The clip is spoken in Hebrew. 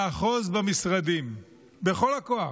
לאחוז במשרדים בכל הכוח.